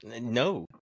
No